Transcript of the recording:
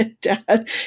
dad